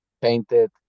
painted